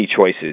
choices